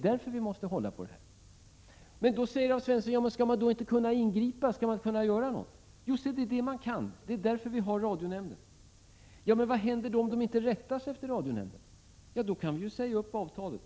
Alf Svensson frågar: ”Kan man inte ingripa, kan man inte göra något?” Det är det man kan. Det är därför vi har radionämnden. Alf Svensson säger då: Vad händer om inte företaget rättar sig efter radionämnden. Jo, vi kan säga upp avtalet.